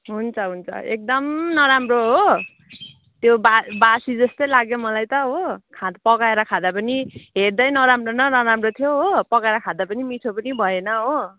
हुन्छ हुन्छ एकदम नराम्रो हो त्यो वा बासी जस्तै लाग्यो मलाई त हो खा पकाएर खाँदा पनि हेर्दै नराम्रो न नराम्रो थियो हो पकाएर खाँदा पनि मिठो पनि भएन हो